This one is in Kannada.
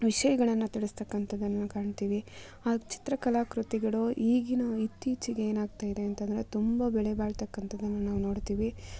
ವಿಷಯಗಳನ್ನು ತಿಳಿಸ್ತಕ್ಕಂಥದ್ದನ್ನು ಕಾಣ್ತೀವಿ ಆ ಚಿತ್ರಕಲಾ ಕೃತಿಗಳು ಈಗಿನ ಇತ್ತೀಚಿಗೆ ಏನಾಗ್ತಾ ಇದೆ ಅಂತೆಂದ್ರೆ ತುಂಬ ಬೆಲೆ ಬಾಳ್ತಕ್ಕಂಥದನ್ನು ನಾವು ನೋಡ್ತೀವಿ